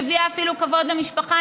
מביאה אפילו כבוד למשפחה,